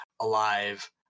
alive